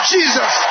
Jesus